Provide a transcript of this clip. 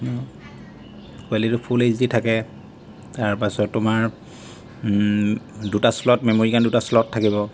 কুৱাটিলিটো full H D থাকে তাৰপাছত তোমাৰ দুটা শ্লট মেম'ৰি কাৰণে দুটা শ্লট থাকিব